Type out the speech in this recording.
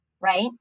right